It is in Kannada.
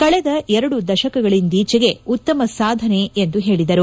ಕಳೆದ ಎರಡು ದಶಕಗಳಿಂದೀಚೆಗೆ ಉತ್ತಮ ಸಾಧನೆ ಎಂದು ಹೇಳಿದರು